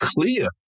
clear